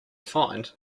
find